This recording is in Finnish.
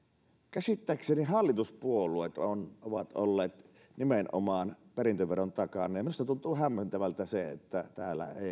käsittääkseni nimenomaan hallituspuolueet ovat olleet perintöveron takana ja minusta tuntuu hämmentävältä se että täällä ei